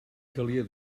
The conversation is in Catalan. calia